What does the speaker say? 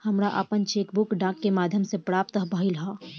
हमरा आपन cheque book डाक के माध्यम से प्राप्त भइल ह